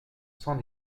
cent